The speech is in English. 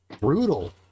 brutal